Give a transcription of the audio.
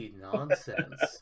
nonsense